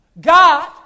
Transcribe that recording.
God